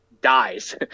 dies